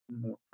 more